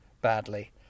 badly